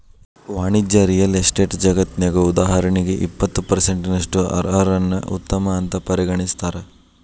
ವಾಣಿಜ್ಯ real estate ಜಗತ್ನ್ಯಗ, ಉದಾಹರಣಿಗೆ, ಇಪ್ಪತ್ತು ಪರ್ಸೆನ್ಟಿನಷ್ಟು ಅರ್.ಅರ್ ನ್ನ ಉತ್ತಮ ಅಂತ್ ಪರಿಗಣಿಸ್ತಾರ